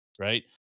right